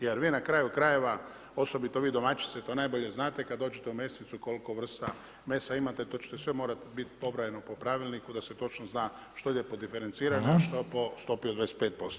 Jer vi na kraju krajeva, osobito vi domaćice to najbolje znate kad dođete u mesnicu koliko vrsta mesa imate, to ćete sve morat bit pobrojano po pravilniku da se točno zna što ide pod diferencirano, a što po stopi od 25%